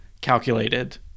calculated